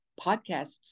podcasts